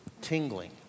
tingling